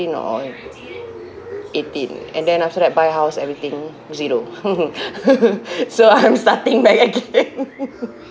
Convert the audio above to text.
or eighteen and then after that buy house everything zero so I'm starting back again